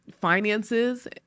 finances